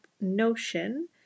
Notion